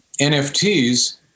NFTs